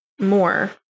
more